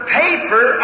paper